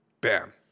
Bam